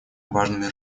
важными